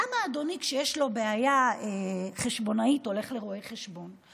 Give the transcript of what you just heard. למה כשיש לאדוני בעיה חשבונאית הוא הולך לרואה חשבון?